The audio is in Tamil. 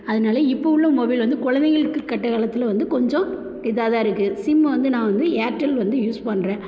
அதனால இப்போ உள்ள மொபைல் வந்து கொழந்தைங்களுக்கு கெட்ட காலத்தில் வந்து கொஞ்சம் இதாகதான் இருக்குது சிம்மு வந்து நான் வந்து ஏர்டெல் வந்து யூஸ் பண்ணுறேன்